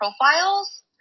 profiles